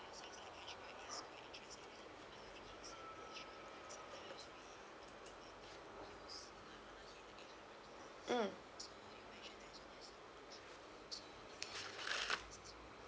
mm